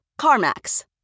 CarMax